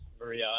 Maria